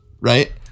right